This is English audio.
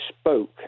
spoke